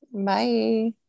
Bye